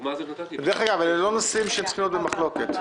דרך אגב, אלה לא נושאים שצריכים להיות במחלוקת.